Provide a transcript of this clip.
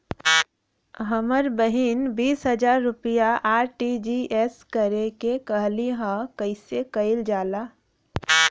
हमर बहिन बीस हजार रुपया आर.टी.जी.एस करे के कहली ह कईसे कईल जाला?